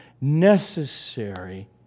necessary